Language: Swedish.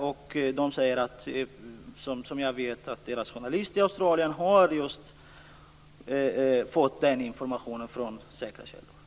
Man säger att tidningens journalister i Australien har fått informationen från säkra källor.